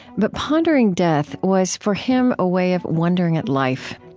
but pondering death was for him a way of wondering at life.